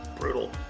brutal